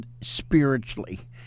spiritually